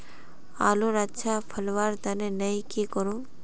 आलूर अच्छा फलवार तने नई की करूम?